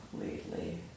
completely